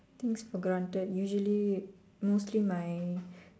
things for granted usually mostly my